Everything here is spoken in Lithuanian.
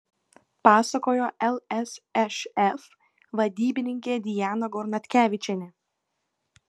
pasakojo lsšf vadybininkė diana gornatkevičienė